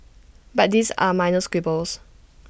but these are minors quibbles